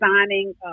signing